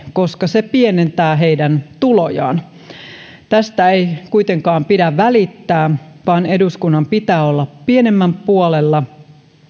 koska se pienentää heidän tulojaan tästä ei kuitenkaan pidä välittää vaan eduskunnan pitää olla pienemmän puolella